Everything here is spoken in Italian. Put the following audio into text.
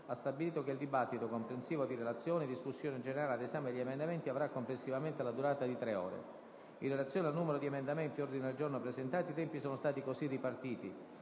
ha stabilito che il dibattito, comprensivo di relazioni, discussione generale ed esame degli emendamenti, avrà complessivamente la durata di tre ore. In relazione al numero di emendamenti e ordini del giorno presentati, i tempi sono stati così ripartiti: